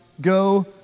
go